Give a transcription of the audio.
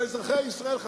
של אזרחי ישראל,